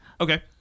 Okay